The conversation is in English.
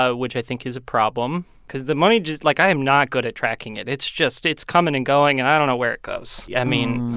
ah which i think is a problem because the money just like, i am not good at tracking it. it's just it's coming and going, and i don't know where it goes. i yeah mean.